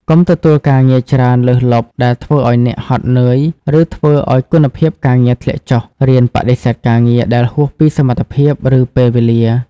កុំទទួលការងារច្រើនលើសលប់ដែលធ្វើឱ្យអ្នកហត់នឿយ ឬធ្វើឱ្យគុណភាពការងារធ្លាក់ចុះ រៀនបដិសេធការងារដែលហួសពីសមត្ថភាព ឬពេលវេលា។